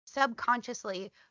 subconsciously